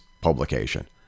publication